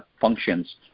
functions